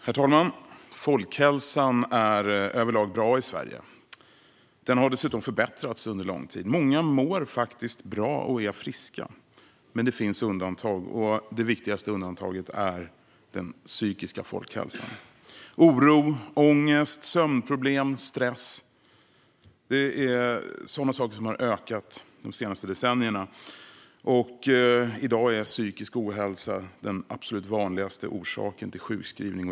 Herr talman! Folkhälsan är överlag bra i Sverige. Den har under lång tid dessutom förbättrats. Många mår faktiskt bra och är friska, men det finns undantag. Det viktigaste undantaget är den psykiska folkhälsan. Oro, ångest, sömnproblem och stress är sådant som de senaste decennierna har ökat. I dag är psykisk ohälsa den absolut vanligaste orsaken till sjukskrivning.